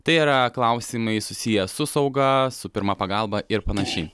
tai yra klausimai susiję su sauga su pirma pagalba ir panašiai